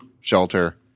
shelter